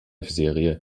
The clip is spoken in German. serie